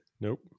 Nope